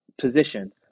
position